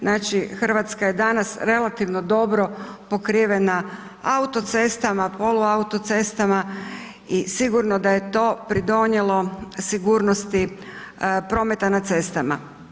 Znači Hrvatska je danas relativno dobro pokrivena autocestama, poluautocestama i sigurno da je to pridonijelo sigurnosti prometa na cestama.